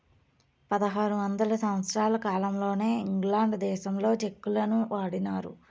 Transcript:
పదహారు వందల సంవత్సరాల కాలంలోనే ఇంగ్లాండ్ దేశంలో చెక్కులను వాడినారు